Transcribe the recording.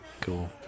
Cool